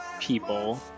people